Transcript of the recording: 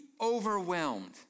overwhelmed